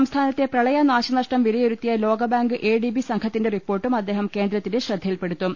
സംസ്ഥാനത്തെ പ്രളയ നാശനഷ്ടം വിലയിരുത്തിയ ലോക ബാങ്ക് എഡിബി സംഘത്തിന്റെ റിപ്പോർട്ടും അദ്ദേഹം കേന്ദ്രത്തിന്റെ ശ്രദ്ധയിൽപ്പെടുത്തും